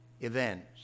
events